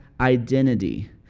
identity